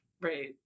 Right